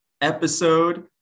episode